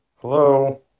Hello